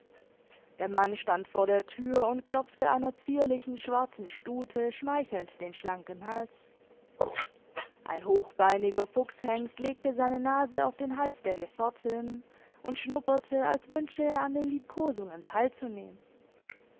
der mann stand vor der tür und klopfte einer zierlichen schwarzen stute schmeichelnd den schlanken hals ein hochbeiniger fuchshengst legte seine nase auf den hals der gefährtin und schnupperte als wünsche er an den liebkosungen teilzunehmen